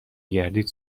گردید